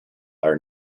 are